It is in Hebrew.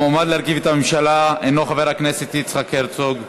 המועמד להרכיב את הממשלה הנו חבר הכנסת יצחק הרצוג.